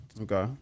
Okay